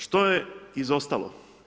Što je izostalo?